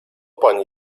pani